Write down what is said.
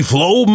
Flow